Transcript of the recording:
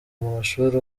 amashuri